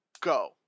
Go